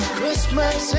Christmas